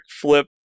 flip